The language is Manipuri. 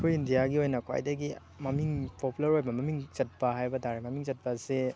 ꯑꯩꯈꯣꯏ ꯏꯟꯗꯤꯌꯥꯒꯤ ꯑꯣꯏꯅ ꯈ꯭ꯋꯥꯏꯗꯒꯤ ꯃꯃꯤꯡ ꯄꯣꯄꯨꯂꯔ ꯑꯣꯏꯕ ꯃꯃꯤꯡ ꯆꯠꯄ ꯍꯥꯏꯕ ꯇꯥꯔꯦ ꯃꯃꯤꯡ ꯆꯠꯄ ꯑꯁꯦ